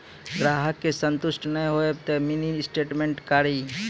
ग्राहक के संतुष्ट ने होयब ते मिनि स्टेटमेन कारी?